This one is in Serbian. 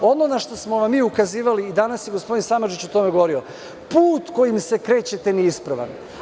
Ono na šta smo vam mi ukazivali i danas je gospodin Samardžić o tome govorio, put kojim se krećete nije ispravan.